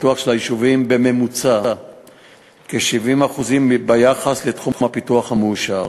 הפיתוח של היישובים בממוצע כ-70% ביחס לתחום הפיתוח המאושר.